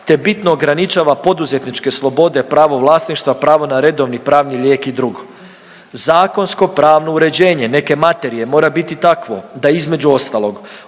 te bitno ograničava poduzetničke slobode pravo vlasništva, pravo na redovni pravni lijek i dr.. Zakonsko pravno uređenje neke materije mora biti takvo da između ostalog